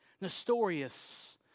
Nestorius